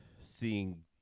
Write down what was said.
seeing